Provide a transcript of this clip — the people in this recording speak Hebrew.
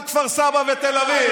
כפר סבא ותל אביב.